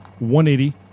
180